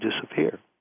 disappear